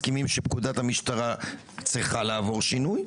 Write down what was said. וכולנו מסכימים שפקודת המשטרה צריכה לעבור שינוי.